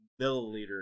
milliliter